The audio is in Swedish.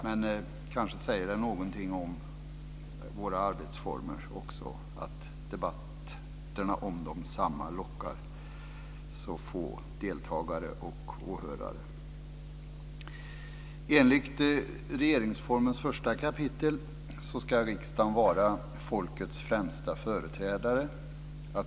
Men kanske säger det något om våra arbetsformer att debatterna om desamma lockar så få deltagare och åhörare. Enligt regeringsformens första kapitel ska riksdagen vara folkets främsta företrädare.